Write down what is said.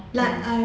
um